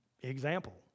Example